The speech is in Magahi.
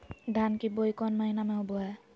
धान की बोई कौन महीना में होबो हाय?